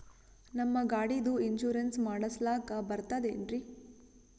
ನಮ್ಮ ಗಾಡಿದು ಇನ್ಸೂರೆನ್ಸ್ ಮಾಡಸ್ಲಾಕ ಬರ್ತದೇನ್ರಿ?